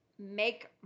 make